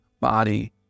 body